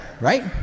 right